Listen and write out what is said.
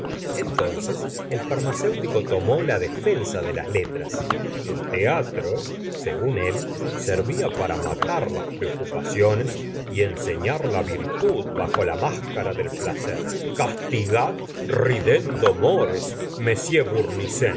entonces el farmacéutico tomó la defensa de las letras cel teatro según él servía para matar las preocupaciones y enseñar la virtud bajo la máscara del placer castiga ridendo mores m